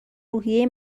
روحیه